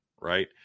right